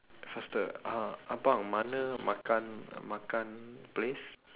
faster uh abang mana makan makan place